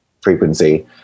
frequency